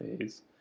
phase